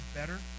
better